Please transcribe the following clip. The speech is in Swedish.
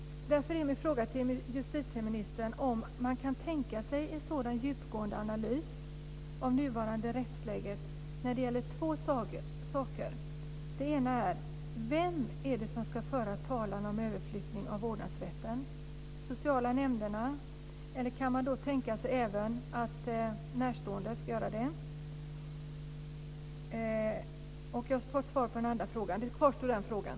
Därför är min fråga till justitieministern om han kan tänka sig en sådan djupgående analys av det nuvarande rättsläget när det gäller två saker. Det ena är: Vem är det som ska föra talan om överflyttning av vårdnadsrätten, sociala nämnderna? Eller kan man tänka sig att närstående kan göra det? Jag återkommer till den andra frågan.